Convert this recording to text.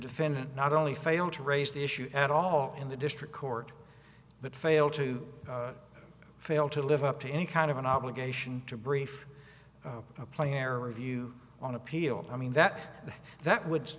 defendant not only failed to raise the issue at all in the district court but fail to fail to live up to any kind of an obligation to brief player review on appeal i mean that that w